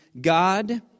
God